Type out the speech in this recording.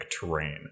terrain